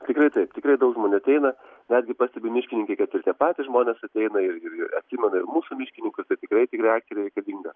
tikrai taip tikrai daug žmonių ateina netgi pastebi miškininkai kad ir tie patys žmonės ateina ir ir ir atsimena ir mūsų miškininkus tai tikrai tikrai akcija yra reikalinga